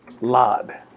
Lod